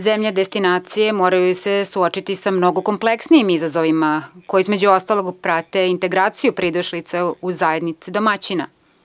Zemlje destinacije moraju se suočiti sa mnogo kompleksnijim izazovima koji između ostalog prate integraciju pridošlica u zajednice domaćina.